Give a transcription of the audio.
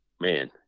man